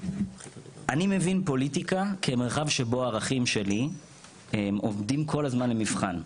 אני מבין פוליטיקה כמרחב שבו הערכים שלי עומדים כל הזמן למבחן,